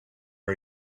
are